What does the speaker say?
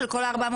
של כל ה-450?